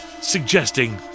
suggesting